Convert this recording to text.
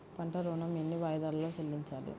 పంట ఋణం ఎన్ని వాయిదాలలో చెల్లించాలి?